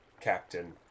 captain